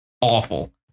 awful